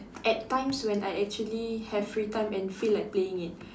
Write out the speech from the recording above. at times when I actually have free time and feel like playing it